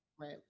right